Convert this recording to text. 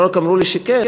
לא רק אמרו לי שכן,